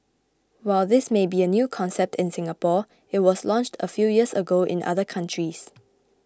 while this may be a new concept in Singapore it was launched a few years ago in other countries